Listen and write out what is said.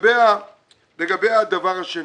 לגבי הדבר השני.